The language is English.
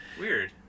Weird